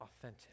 authentic